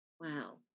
Wow